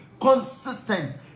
consistent